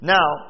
Now